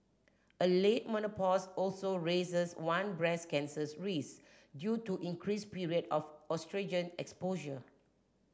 a late menopause also raises one breast cancers risk due to increase period of oestrogen exposure